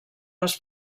les